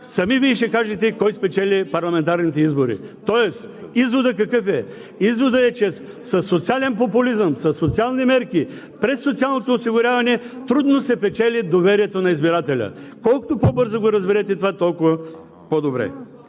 сами ще кажете кой спечели парламентарните избори. Тоест, какъв е изводът? Изводът е, че със социален популизъм, със социални мерки, през социалното осигуряване, трудно се печели доверието на избирателя. Колкото по-бързо го разберете това, толкова по-добре.